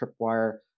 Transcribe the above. tripwire